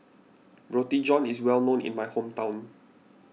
Roti John is well known in my hometown